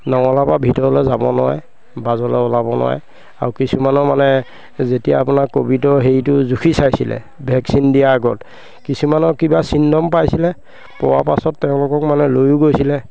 নঙলাৰ পৰা ভিতৰলৈ যাব নোৱাৰে বাজলৈ ওলাব নোৱাৰে আৰু কিছুমানৰ মানে যেতিয়া আপোনাৰ ক'ভিডৰ হেৰিটো জুখি চাইছিলে ভেকচিন দিয়াৰ আগত কিছুমানৰ কিবা চিণ্ডম পাইছিলে পোৱাৰ পাছত তেওঁলোকক মানে লৈও গৈছিলে